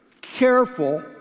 careful